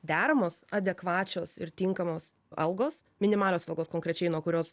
deramos adekvačios ir tinkamos algos minimalios algos konkrečiai nuo kurios